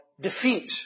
defeat